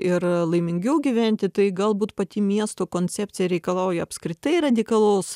ir laimingiau gyventi tai galbūt pati miesto koncepcija reikalauja apskritai radikalaus